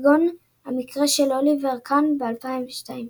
כגון המקרה של אוליבר קאן ב-2002.